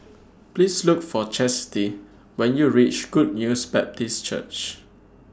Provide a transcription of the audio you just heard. Please Look For Chasity when YOU REACH Good News Baptist Church